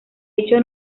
hecho